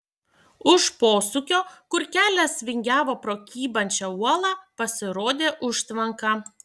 už posūkio kur kelias vingiavo pro kybančią uolą pasirodė užtvanka